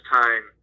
time